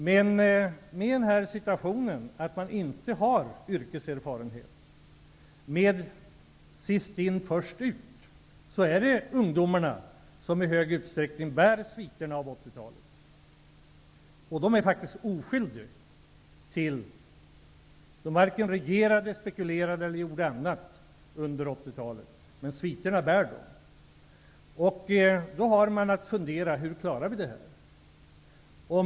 Men i den situationen att man inte har yrkeserfarenhet och med ''sist in, först ut'' är det ungdomarna som i stor utsträckning bär sviterna av 80-talet. Och ungdomarna är faktiskt oskyldiga. De varken regerade, spekulerade eller gjorde annat under 80-talet, men sviterna bär de. Då har man att fundera på: Hur klarar vi detta?